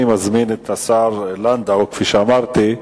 אני מזמין את השר לנדאו, כפי שאמרתי,